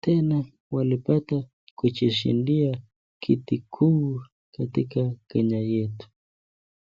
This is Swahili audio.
tena walipata kujishindia kiti kuu katika Kenya yetu.